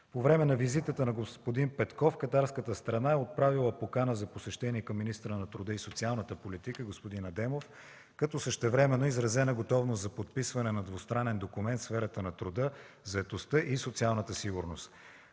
По време на визитата на господин Петков катарската страна е отправила покана за посещение към министъра на труда и социалната политика господин Адемов, като същевременно е изразена готовност за подписване на двустранен документ в сферата на труда, заетостта и социалната сигурност.